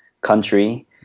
country